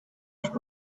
which